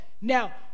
now